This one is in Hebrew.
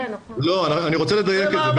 לא, אני רוצה לדייק את זה.